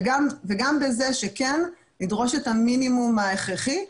וגם בזה שכן נדרוש את המינימום ההכרחי.